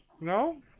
No